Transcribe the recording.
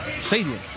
Stadium